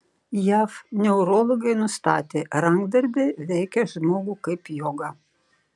jav neurologai nustatė rankdarbiai veikia žmogų kaip joga